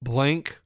Blank